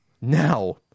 now